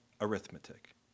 arithmetic